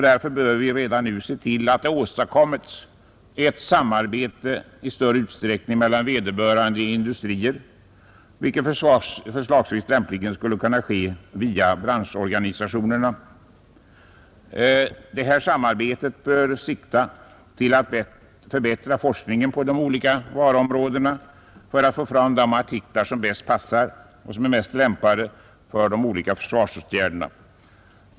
Därför bör vi redan nu se till att det åstadkommes ett samarbete i större utsträckning mellan vederbörande industrier, vilket förslagsvis lämpligen skulle kunna ske via branschorganisationerna. Detta samarbete bör sikta till att förbättra forskningen på de olika varuområdena för att få fram de artiklar som är bäst lämpade för de olika försvarsåtgärderna.